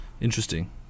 Interesting